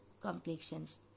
complexions